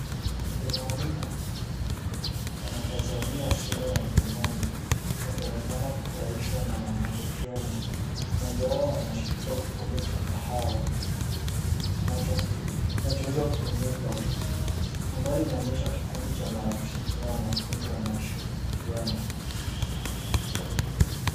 Vijana wanne wanatazamia simu ya mkononi wakionekana kufurahishwa na wanachokiona. Mmoja wao anashikilia kikombe cha kahawa kinachoweza kutumika. Mandhari inaonyesha kikundi cha wanafunzi au marafiki wanaoshirikiana.